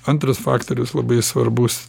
antras faktorius labai svarbus